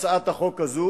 הצעת החוק הזאת